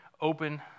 open